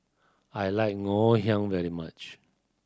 I like Ngoh Hiang very much